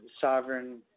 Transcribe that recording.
Sovereign